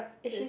there is